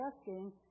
asking